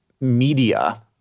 media